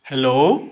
hello